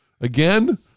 Again